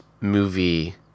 movie